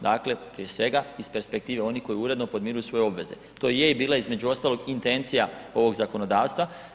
Dakle, prije svega iz perspektive onih koji uredno podmiruju svoje obveze, to je i bila između ostalog, intencija ovog zakonodavstva.